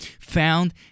found